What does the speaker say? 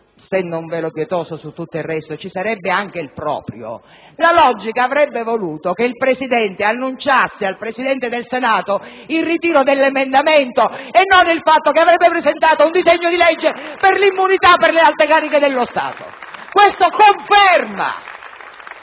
(stendo un velo pietoso su tutto il resto) ci sarebbe anche il proprio, la logica avrebbe voluto che il presidente Berlusconi annunciasse al Presidente del Senato il ritiro dell'emendamento e non il fatto che avrebbe presentato un disegno di legge sull'immunità per le alte cariche dello Stato! *(Applausi dal